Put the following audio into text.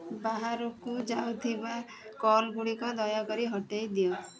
ବାହାରକୁ ଯାଉଥିବା କଲ୍ ଗୁଡ଼ିକ ଦୟାକରି ହଟାଇ ଦିଅ